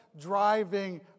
driving